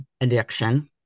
addiction